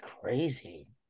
crazy